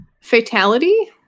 fatality